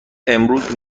امروز